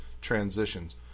transitions